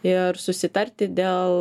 ir susitarti dėl